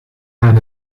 aan